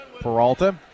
Peralta